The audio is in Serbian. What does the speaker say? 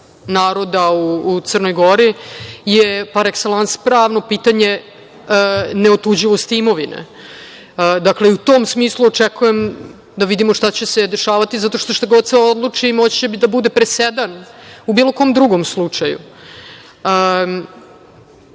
naroda u Crnoj Gori je par ekselans, pravno pitanje neotuđivosti imovine. Dakle, i u tom smislu očekujem da vidimo šta će se dešavati, za šta god se odlučimo biće presedan u bilo kom drugom slučaju.